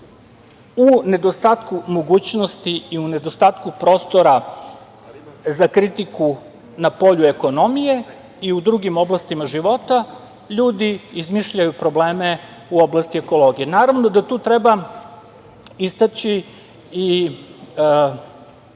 u nedostatku mogućnosti i nedostatku prostora za kritiku na polju ekonomije i u drugim oblastima života ljudi izmišljaju probleme u oblasti ekologije. Naravno, da tu treba istaći i